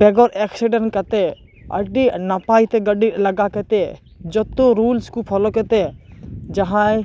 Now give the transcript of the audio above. ᱵᱮᱜᱚᱨ ᱮᱠᱥᱤᱰᱮᱱᱴ ᱠᱟᱛᱮᱫ ᱟᱹᱰᱤ ᱱᱟᱯᱟᱭᱛᱮ ᱜᱟᱹᱰᱤ ᱞᱟᱜᱟ ᱠᱟᱛᱮᱫ ᱡᱚᱛᱚ ᱨᱩᱞᱥ ᱠᱚ ᱯᱷᱳᱞᱳ ᱠᱟᱛᱮᱫ ᱡᱟᱦᱟᱸᱭ